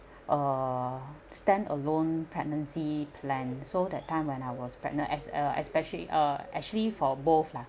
uh stand alone pregnancy plan so that time when I was pregnant as a especially uh actually for both lah